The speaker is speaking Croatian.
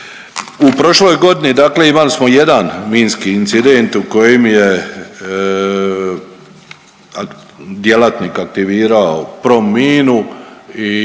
U prošloj godini imali smo jedan minski incident u kojem je djelatnik aktivirao pro minu i